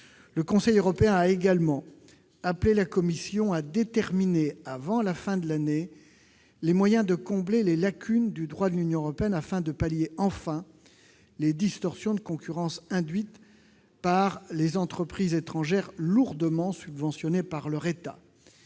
Le Conseil européen a également appelé la Commission à déterminer, avant la fin de l'année, les moyens de combler les lacunes du droit de l'Union européenne, afin de remédier, enfin, aux distorsions de concurrence induites par les entreprises étrangères lourdement subventionnées par leur État.